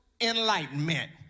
enlightenment